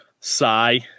sigh